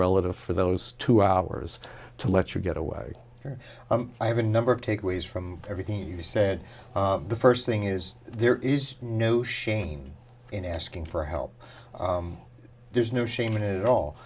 relative for those two hours to let you get away i have a number of takeaways from everything you said the first thing is there is no shame in asking for help there's no shame in it all